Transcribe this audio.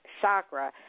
chakra